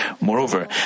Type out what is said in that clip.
Moreover